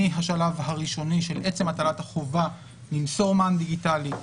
מהשלב הראשוני של עצם הטבלת החובה למסור מען דיגיטלי,